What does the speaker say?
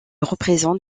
représente